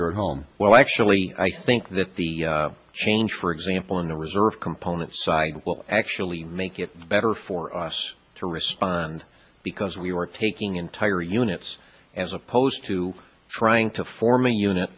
here at home well actually i think that the change for example in the reserve components side will actually make it better for us to respond because we are taking entire units as opposed to trying to form a unit